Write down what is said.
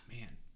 man